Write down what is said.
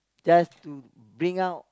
just to bring out